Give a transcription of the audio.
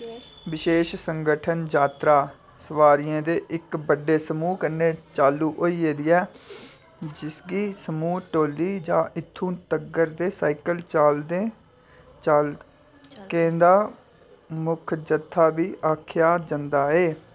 बिशेश संगठत जात्तरा सवारियें दे इक बड्डे समूह कन्नै चालू होंई एई ऐ जिसगी समूह् टोली जां इत्थूं तगर जे साइकिल चालकें दा मुक्ख जत्था बी आखेआ जंदा ऐ